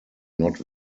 not